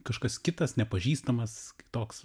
kažkas kitas nepažįstamas toks